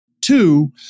Two